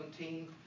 17